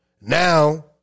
now